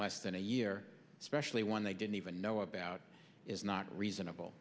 less than a year especially one they didn't even know about is not reasonable